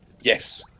Yes